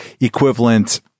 equivalent